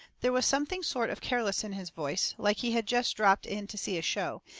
there was something sort of careless in his voice, like he had jest dropped in to see a show,